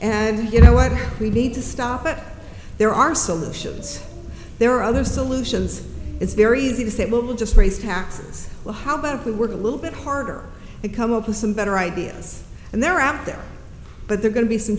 and you know what we need to stop it there are solutions there are other solutions it's very easy to say well we'll just raise taxes well how about if we work a little bit harder and come up with some better ideas and they're out there but they're going to be some